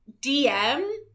DM